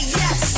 yes